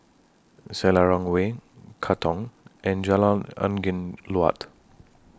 Selarang Way Katong and Jalan Angin Laut